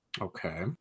Okay